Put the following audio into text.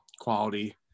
quality